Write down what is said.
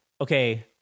Okay